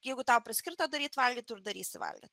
jeigu tau priskirta daryti valgyt tu ir darysi valgyt